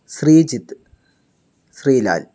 Sreejith Sreelal